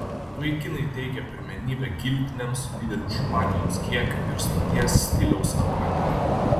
vaikinai teikia pirmenybę giltinėm su dideliu špakliaus kiekiu ir stoties stiliaus apranga